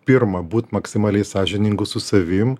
pirma būt maksimaliai sąžiningu su savim